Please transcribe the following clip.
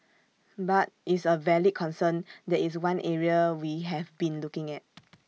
but is A valid concern that is one area we have been looking at